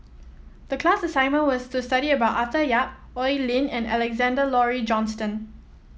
the class assignment was to study about Arthur Yap Oi Lin and Alexander Laurie Johnston